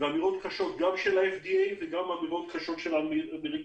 גם של ה-FDA וגם של האמריקאים.